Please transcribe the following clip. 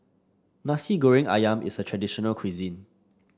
Nasi Goreng ayam is a traditional cuisine